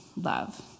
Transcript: love